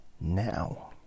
now